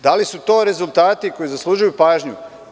Da li su to rezultati koji zaslužuju pažnju?